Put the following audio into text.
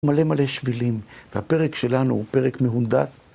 מלא מלא שבילים, והפרק שלנו הוא פרק מהונדס.